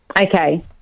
Okay